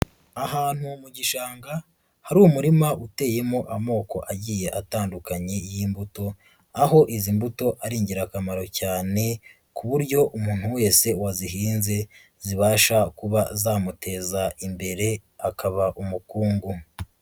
Ahantu mu gishanga hari umurima uteyemo amoko agiye atandukanye y'imbuto, aho izi mbuto ari ingirakamaro cyane ku buryo umuntu wese wazihinze zibasha kuba zamuteza imbere akaba umukungu.